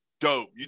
dope